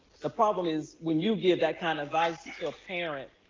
the problem is when you give that kind of advice to a parent